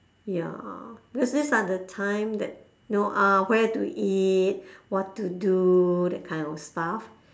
ya cause these are the time that know ah where to eat what to do that kind of stuff